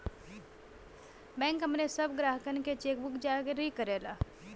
bank अपने सब ग्राहकनके चेकबुक जारी करला